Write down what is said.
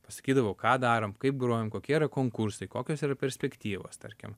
pasakydavau ką darom kaip grojam kokie yra konkursai kokios yra perspektyvos tarkim